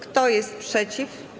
Kto jest przeciw?